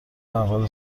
اول